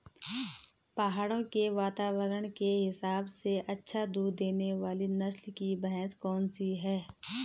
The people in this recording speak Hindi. पहाड़ों के वातावरण के हिसाब से अच्छा दूध देने वाली नस्ल की भैंस कौन सी हैं?